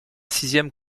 sixième